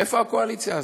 איפה הקואליציה הזאת?